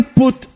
put